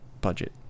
budget